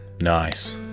Nice